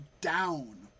down